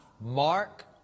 mark